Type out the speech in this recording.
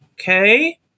okay